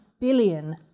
billion